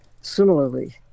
similarly